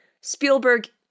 Spielberg